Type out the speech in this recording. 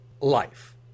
life